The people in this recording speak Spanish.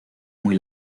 muy